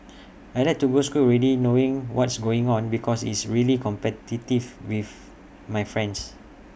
I Like to go school already knowing what's going on because it's really competitive with my friends